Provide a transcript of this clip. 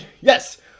yes